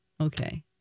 Okay